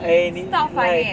eh 你 like